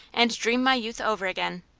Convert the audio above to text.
and dream my youth over again.